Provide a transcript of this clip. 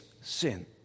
sin